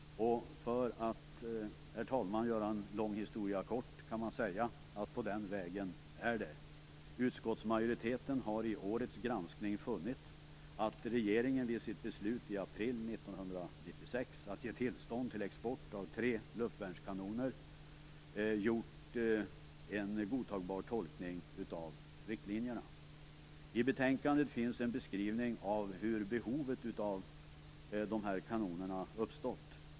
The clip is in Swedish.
För att, herr talman, göra en lång historia kort kan man säga: På den vägen är det. Utskottsmajoriteten har i årets granskning funnit att regeringen vid sitt beslut i april 1996 att ge tillstånd till export av tre luftvärnskanoner gjort en godtagbar tolkning av riktlinjerna. I betänkandet finns en beskrivning av hur behovet av de här kanonerna uppstått.